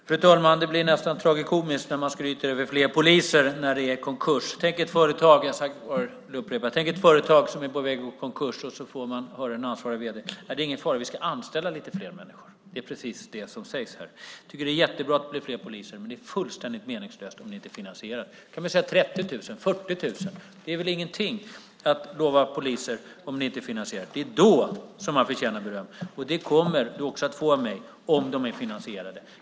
Fru talman! Det blir nästan tragikomiskt när man skryter över fler poliser när det är konkurs. Tänk er ett företag som är på väg mot en konkurs, och den ansvarige vd:n säger: Det är ingen fara, vi ska anställa lite fler människor. Det är precis det som sägs här. Jag tycker att det är jättebra att det blir fler poliser, men det ä fullständigt meningslöst om det inte är finansierat. Då kan vi säga 30 000, 40 000. Det är väl ingenting att lova poliser om det inte är finansierat. Det är då som man förtjänar beröm. Det kommer du att få av mig, om det hela är finansierat.